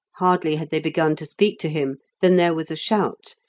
hardly had they begun to speak to him than there was a shout,